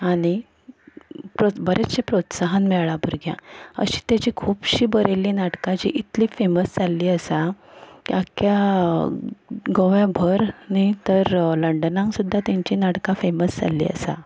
आनीक बरेचशें प्रोत्साहन मेळ्ळां भुरग्यांक अशी ताजीं खुबशीं नाटकां जीं इतलीं फेमस जाल्लीं आसा की आख्ख्या गोंयभर न्ही तर लंडनांत सुद्दां तेंच्यांनी नाटकां फेमस जाल्ली आसा